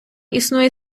існує